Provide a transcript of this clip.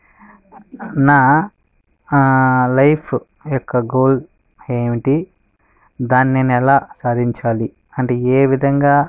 నా లైఫ్ యొక్క గోల్ ఏమిటి దాన్ని నేను ఎలా సాధించాలి అంటే ఏ విధంగా